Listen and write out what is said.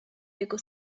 jego